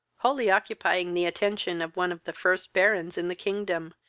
wholly occupying the attention of one of the first barons in the kingdom,